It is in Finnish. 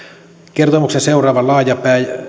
kertomuksen seuraava laaja